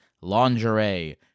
lingerie